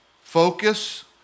Focus